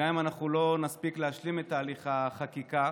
גם אם לא נספיק להשלים את תהליך החקיקה,